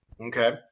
okay